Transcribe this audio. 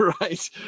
right